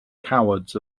cowards